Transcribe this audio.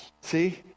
See